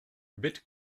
bit